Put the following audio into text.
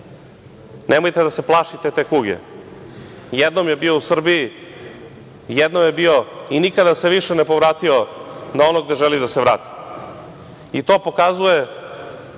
glas. Nemojte da se plašite te kuge. Jednom je bio u Srbiji, jednom je bio i nikada se više ne povratio na ono gde želi da se vrati. To pokazuje